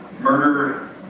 murder